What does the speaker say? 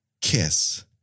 kiss